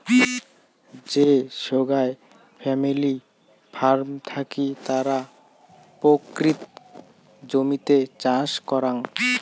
যে সোগায় family farm থাকি তারা পৈতৃক জমিতে চাষ করাং